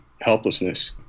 helplessness